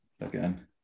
again